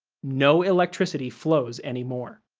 no electricity flows anymore.